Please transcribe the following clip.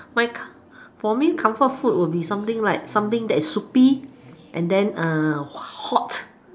my co~ for me comfort would be something like something that is soupy and then like hot